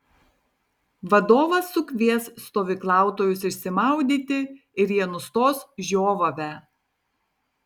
vadovas sukvies stovyklautojus išsimaudyti ir jie nustos žiovavę